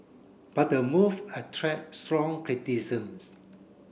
but the move attract strong criticism